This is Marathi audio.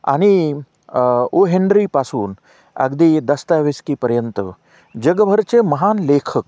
आणि ओ हन्ड्रीपासून अगदी दस्तावीस्कीपर्यंत जगभरचे महान लेखक